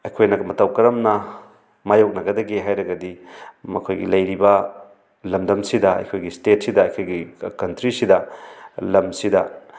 ꯑꯩꯈꯣꯏꯅ ꯃꯇꯧ ꯀꯔꯝꯅ ꯃꯥꯏꯌꯣꯛꯅꯒꯗꯒꯦ ꯍꯥꯏꯔꯒꯗꯤ ꯃꯈꯣꯏꯒꯤ ꯂꯩꯔꯤꯕ ꯂꯝꯗꯝꯁꯤꯗ ꯑꯩꯈꯣꯏꯒꯤ ꯁ꯭ꯇꯦꯠꯁꯤꯗ ꯑꯩꯈꯣꯏꯒꯤ ꯀꯟꯇ꯭ꯔꯤꯁꯤꯗ ꯂꯝꯁꯤꯗ